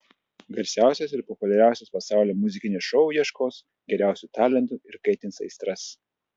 garsiausias ir populiariausias pasaulyje muzikinis šou ieškos geriausių talentų ir kaitins aistras